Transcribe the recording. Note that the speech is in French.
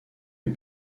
est